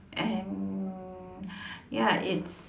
and ya it's